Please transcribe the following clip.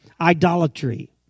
idolatry